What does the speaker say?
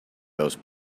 those